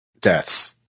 deaths